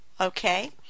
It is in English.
okay